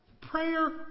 Prayer